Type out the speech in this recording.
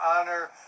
honor